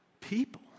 people